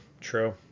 true